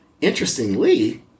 Interestingly